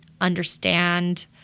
understand